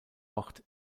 ort